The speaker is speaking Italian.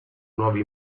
nuovi